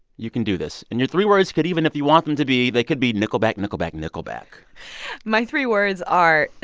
you can do this. and your three words could even if you want them to be, they could be nickelback, nickelback, nickelback my three words are,